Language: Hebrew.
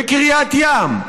בקריית ים,